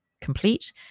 complete